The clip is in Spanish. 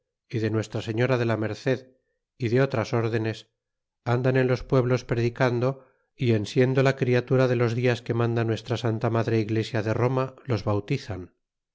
y de nuestra señora de la merced y de otras ordenes andan en los pueblos predicando y en siendo la criatura de los diau que manda nuestra santa madre iglesia de roma los bautizan